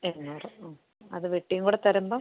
എണ്ണൂറ് ഉം അത് വെട്ടിയും കൂടെ തരുമ്പം